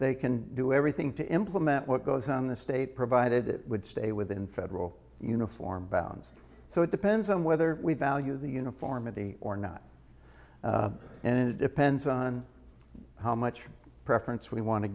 they can do everything to implement what goes on in the state provided it would stay within federal uniform bounds so it depends on whether we value the uniformity or not and it depends on how much preference we want to